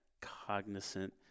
cognizant